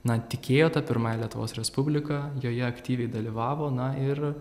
na tikėjo ta pirmąja lietuvos respubliką joje aktyviai dalyvavo na ir